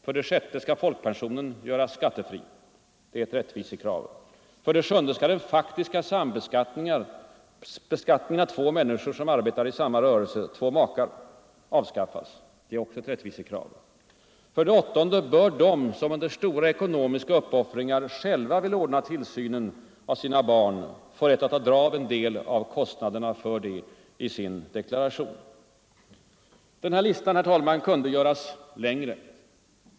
För det sjätte skall folkpensionen göras skattefri. Det är ett rättvisekrav. För det sjunde skall den faktiska sambeskattningen av två makar som arbetar i samma rörelse avskaffas. Det är också ett rättvisekrav. För det åttonde bör de som under stora ekonomiska uppoffringar själva vill ordna tillsynen för sina barn få rätt att dra av en del av kostnaderna härför i sin deklaration. Herr talman! Listan kunde göras längre.